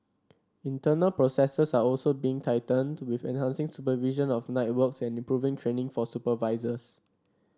internal processes are also being tightened with enhancing supervision of night works and improving training for supervisors